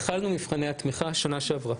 התחלנו במבחני התמיכה בשנה שעברה,